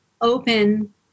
open